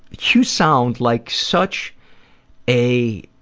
you sound like such a